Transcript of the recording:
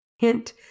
hint